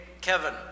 Kevin